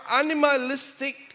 animalistic